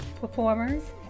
performers